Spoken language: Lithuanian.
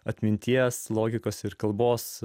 atminties logikos ir kalbos